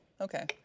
Okay